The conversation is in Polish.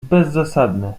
bezzasadne